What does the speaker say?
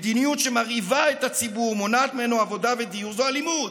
מדיניות שמרעיבה את הציבור ומונעת ממנו עבודה ודיור זו אלימות.